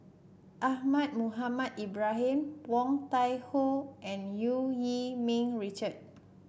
Ahmad Mohamed Ibrahim Woon Tai Ho and Eu Yee Ming Richard